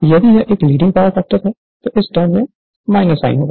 यदि यह एक लीडिंग पावर फैक्टर है तो यह टर्म के साथ होगा